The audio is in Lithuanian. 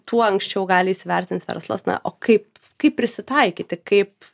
tuo anksčiau gali įsivertint verslas na o kaip kaip prisitaikyti kaip